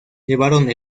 llevaron